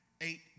eight